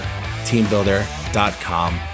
teambuilder.com